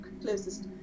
closest